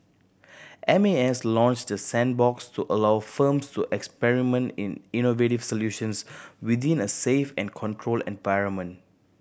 M A S launched the sandbox to allow firms to experiment in innovative solutions within a safe and controlled environment